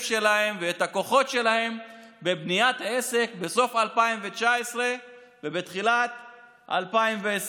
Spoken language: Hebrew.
שלהם ואת הכוחות שלהם בבניית עסק בסוף 2019 ובתחילת 2020?